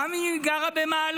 גם אם היא גרה במעלות.